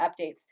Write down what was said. updates